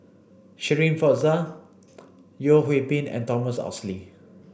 Shirin Fozdar Yeo Hwee Bin and Thomas Oxley